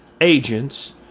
agents